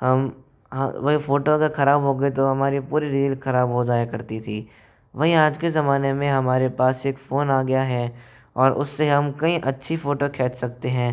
हम वहीं फोटो अगर खराब हो गई तो हमारी पूरी रील खराब हो जाया करती थी वहीं आज के ज़माने में हमारे पास एक फोन आ गया है और उस से हम कई अच्छी फोटो खेंच सकते हैं